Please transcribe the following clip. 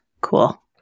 Cool